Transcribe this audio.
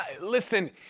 listen